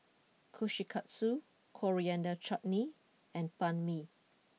Kushikatsu Coriander Chutney and Banh Mi